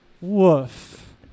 Woof